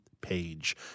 page